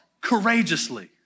courageously